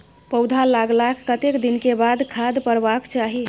पौधा लागलाक कतेक दिन के बाद खाद परबाक चाही?